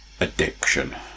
Addiction